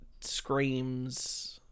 screams